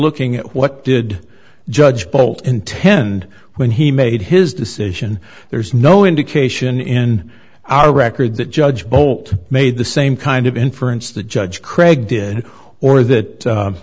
looking at what did judge bolt intend when he made his decision there's no indication in our record that judge bolt made the same kind of inference that judge craig did or that